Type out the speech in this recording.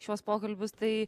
šiuos pokalbius tai